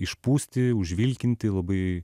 išpūsti užvilkinti labai